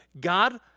god